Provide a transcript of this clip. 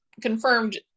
confirmed